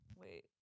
Wait